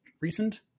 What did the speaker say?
recent